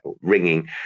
Ringing